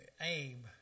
aim